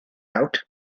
out